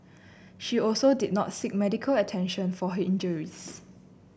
she also did not seek medical attention for he injuries